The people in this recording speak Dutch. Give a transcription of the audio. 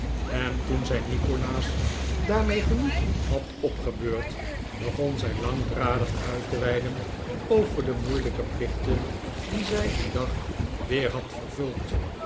en toen zij nikolaas daarmee genoeg had opgebeurd begon zij langdradig uit te weiden over de moeilijke plichten die zij dien dag weer had vervuld